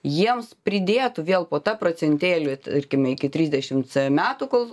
jiems pridėtų vėl po tą procentėlį tarkime iki trisdešimt metų kol